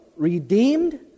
redeemed